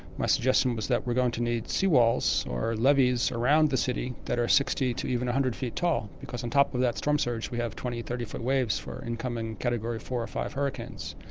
my suggestion was that we are going to need sea walls, or levies around the city that are sixty to even one hundred feet tall, because on top of that storm surge we have twenty or thirty foot waves for incoming category four or five hurricanes.